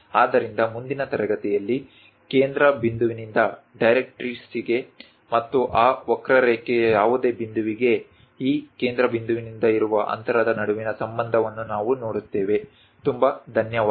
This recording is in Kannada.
ಆದ್ದರಿಂದ ಮುಂದಿನ ತರಗತಿಯಲ್ಲಿ ಕೇಂದ್ರ ಬಿಂದುವಿನಿಂದ ಡೈರೆಕ್ಟ್ರಿಕ್ಸ್ಗೆ ಮತ್ತು ಆ ವಕ್ರರೇಖೆಯ ಯಾವುದೇ ಬಿಂದುವಿಗೆ ಈ ಕೇಂದ್ರ ಬಿಂದುವಿನಿಂದ ಇರುವ ಅಂತರದ ನಡುವಿನ ಸಂಬಂಧವನ್ನು ನಾವು ನೋಡುತ್ತೇವೆ